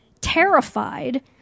terrified